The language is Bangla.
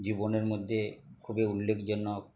জীবনের মধ্যে খুবই উল্লেখযোগ্য